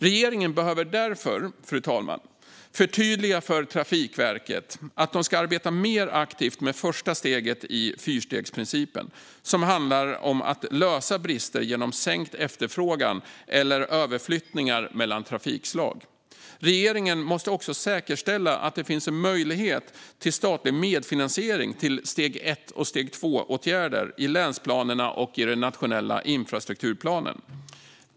Regeringen behöver därför, fru talman, förtydliga för Trafikverket att de ska arbeta mer aktivt med första steget i fyrstegsprincipen, som handlar om att lösa brister genom sänkt efterfrågan eller överflyttningar mellan trafikslag. Regeringen måste också säkerställa att det finns en möjlighet till statlig medfinansiering till steg 1 och steg 2-åtgärder i länsplanerna och i den nationella infrastrukturplanen.